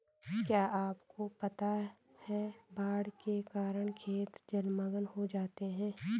क्या आपको पता है बाढ़ के कारण खेत जलमग्न हो जाते हैं?